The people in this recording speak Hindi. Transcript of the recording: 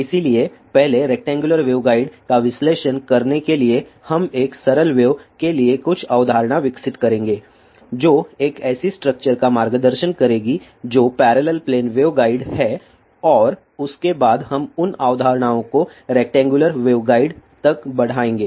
इसलिए पहले रेक्टेंगुलर वेवगाइड का विश्लेषण करने के लिए हम एक सरल वेव के लिए कुछ अवधारणा विकसित करेंगे जो एक ऐसी स्ट्रक्चर का मार्गदर्शन करेगी जो पैरेलल प्लेन वेवगाइड है और उसके बाद हम उन अवधारणाओं को रेक्टेंगुलर वेवगाइड तक बढ़ाएंगे